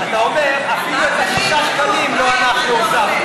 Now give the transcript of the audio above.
אתה אומר: אפילו את 6 השקלים לא אנחנו הוספנו,